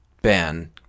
Ben